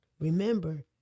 remember